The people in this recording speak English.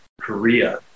Korea